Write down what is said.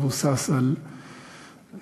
מבוסס על נתונים,